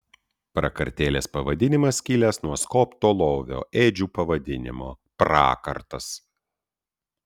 prakartėlės pavadinimas kilęs nuo skobto lovio ėdžių pavadinimo prakartas